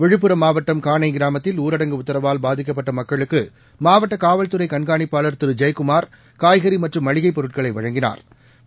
விழுப்புரம் மாவட்டம் கானை கிராமத்தில் ஊரடங்கு உத்தரவால் பாதிக்கப்பட்ட மக்களுக்கு மாவட்ட காவல்துறை கண்காணிப்பாள் ஜெயக்குமா் காய்கறி மற்றும் மளிகைப் பொருட்களை வழங்கினாா்